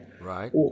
Right